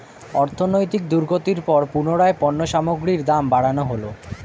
অর্থনৈতিক দুর্গতির পর পুনরায় পণ্য সামগ্রীর দাম বাড়ানো হলো